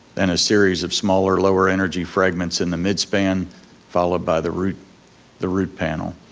and a series of smaller lower energy fragments in the mid-span followed by the root the root panel.